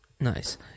Nice